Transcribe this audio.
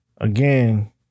Again